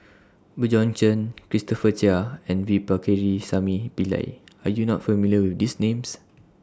Bjorn Chen Christopher Chia and V Pakirisamy Pillai Are YOU not familiar with These Names